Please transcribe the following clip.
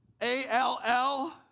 A-L-L